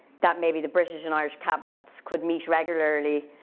that maybe the british and irish cabinets could meet regularly,